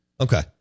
Okay